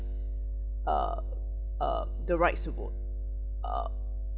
uh uh the rights to vote uh